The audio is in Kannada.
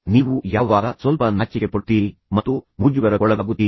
ನೀವು ಯಾವಾಗ ಸ್ವಲ್ಪ ನಾಚಿಕೆಪಡುತ್ತೀರಿ ಮತ್ತು ಯಾವಾಗ ಮುಜುಗರಕ್ಕೊಳಗಾಗುತ್ತೀರಿ